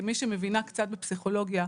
כמי שמבינה קצת בפסיכולוגיה,